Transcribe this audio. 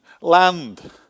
land